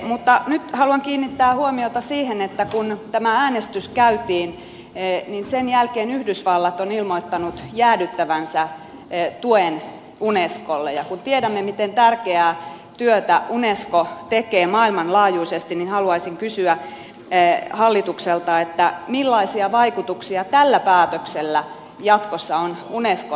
mutta nyt haluan kiinnittää huomiota siihen että kun tämä äänestys käytiin niin sen jälkeen yhdysvallat on ilmoittanut jäädyttävänsä tuen unescolle ja kun tiedämme miten tärkeää työtä unesco tekee maailmanlaajuisesti niin haluaisin kysyä hallitukselta millaisia vaikutuksia tällä päätöksellä jatkossa on unescon toimintaan